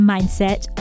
Mindset